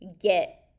get